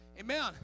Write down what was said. Amen